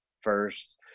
first